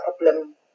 problem